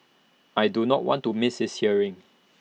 I do not want to misses hearing